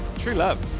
true love.